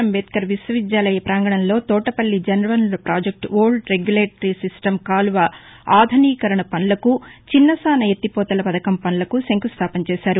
అంబేద్కర్ విశ్వవిద్యాలయ పాంగణంలో తోటపల్లి జలవనరుల పాజెక్టు ఓల్డ్ రెగ్యులేటరీ సిస్టమ్ కాలువల ఆధునికీకరణ పనులకు చిన్నసాన ఎత్తిపోతల పథకం పనులకు శంఖుస్థాపన చేశారు